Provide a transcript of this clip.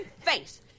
face